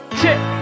chip